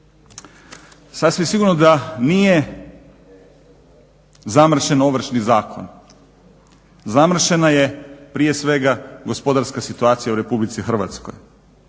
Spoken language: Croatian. Sasvim sigurno da nije zamršen Ovršni zakon, zamršena je prije svega gospodarska situacija u Republici Hrvatskoj,